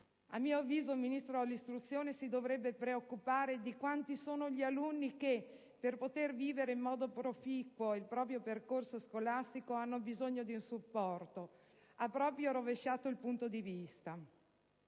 A mio avviso, un Ministro dell'istruzione si dovrebbe preoccupare di quanti sono gli alunni che, per poter vivere in modo proficuo il proprio percorso scolastico, hanno bisogno di un supporto. Ha proprio rovesciato il punto di vista.